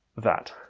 that.